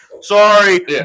sorry